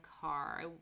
car